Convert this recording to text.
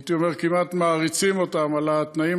הייתי אומר כמעט מעריצים אותם על העבודה בתנאים